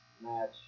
match